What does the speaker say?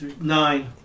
nine